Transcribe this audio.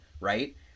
right